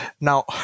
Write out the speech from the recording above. now